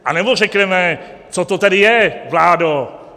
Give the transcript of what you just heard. Anebo řekneme, co to tedy je, vládo?